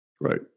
Right